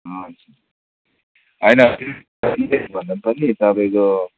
हजुर होइन भन्दा पनि तपाईँको